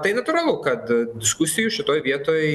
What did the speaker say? tai natūralu kad diskusijų šitoj vietoj